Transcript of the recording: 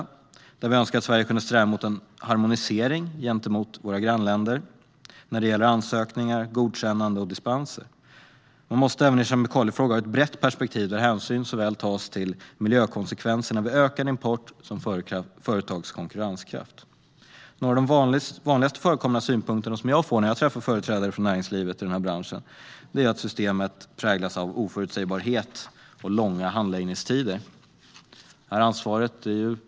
Där skulle vi önska att Sverige kunde sträva mot en harmonisering gentemot våra grannländer när det gäller ansökningar, godkännanden och dispenser. Man måste även i kemikaliefrågorna ha ett brett perspektiv där hänsyn tas till såväl miljökonsekvenserna vid ökad import som till företags konkurrenskraft. Några av de vanligast förekommande synpunkterna jag hör när jag träffar företrädare för denna bransch är att systemet präglas av oförutsägbarhet och långa handläggningstider.